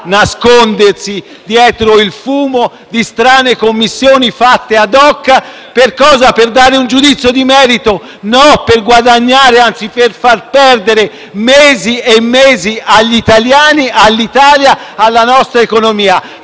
nascondersi dietro il fumo di strane Commissioni, fatte *ad hoc* per cosa? Per dare un giudizio di merito? No, per guadagnare, anzi, per far perdere mesi e mesi agli italiani, all'Italia e alla nostra economia,